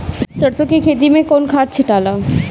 सरसो के खेती मे कौन खाद छिटाला?